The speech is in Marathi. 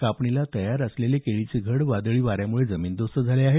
कापणीस तयार असलेले केळीचे घड वादळी वाऱ्यामुळे जमीनदोस्त झाले आहेत